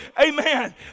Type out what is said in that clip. amen